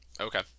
Okay